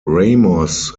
ramos